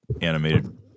animated